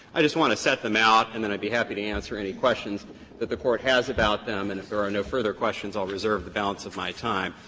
i just want to set them out and then i'd be happy to answer any questions that the court has about them. and if there are no further questions, i'll reserve the balance of my time.